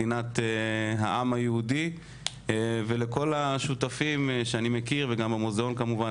מדינת העם היהודי ולכל השותפים שאני מכיר וגם המוזיאון כמובן,